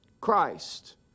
Christ